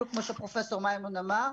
בדיוק כמו שפרופ' מימון אמר,